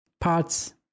parts